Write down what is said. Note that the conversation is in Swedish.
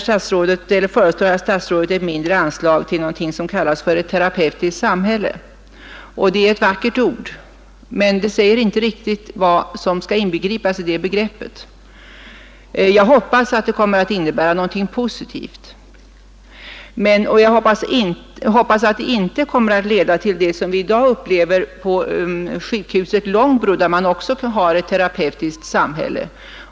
Statsrådet föreslår vidare ett mindre anslag till något som kallas för ett terapeutiskt samhälle. Det är ett vackert ord, men det sägs inte klart vad som avses med detta begrepp. Jag hoppas att det kommer att innebära något positivt och att det inte kommer att leda till det som vi i dag upplever på sjukhuset Långbro, där man också har infört ett terapeutiskt samhälle.